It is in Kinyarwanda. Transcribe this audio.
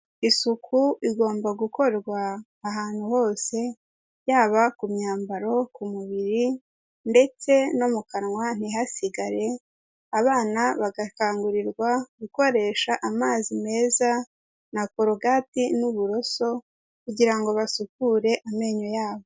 Isuku igomba gukorwa ahantu hose yaba ku myambaro, ku mubiri ndetse no mu kanwa ntihasigare, abana bagakangurirwa gukoresha amazi meza na korogati n'uburoso, kugira ngo basukure amenyo yabo.